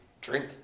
drink